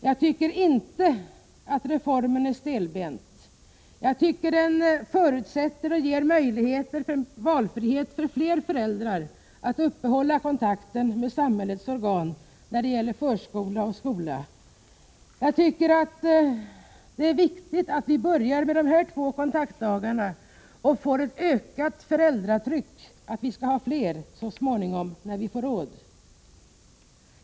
Jag tycker inte att reformen är stelbent, utan jag tycker att den ger möjlighet till valfrihet för fler föräldrar när det gäller att uppehålla kontakten med samhällsorgan som förskola och skola. Jag tycker att det är viktigt att vi börjar med de två kontaktdagar som nu föreslås och att det blir ett ökat föräldratryck att inrätta fler så småningom, när vi får råd.